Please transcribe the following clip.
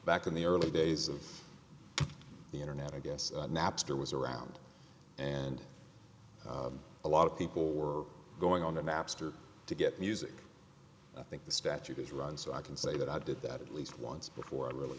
back in the early days of the internet i guess napster was around and a lot of people were going on the napster to get music i think the statute is run so i can say that i did that at least once before i really